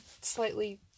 slightly